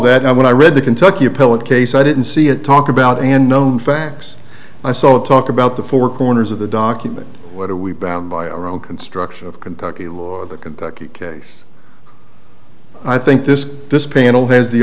that i when i read the kentucky appellate case i didn't see it talk about and known facts i saw talk about the four corners of the document what are we bound by our own construction of kentucky law the kentucky case i think this this panel has the